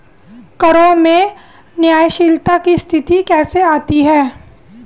करों में न्यायशीलता की स्थिति कैसे आती है?